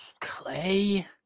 Clay